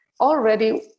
already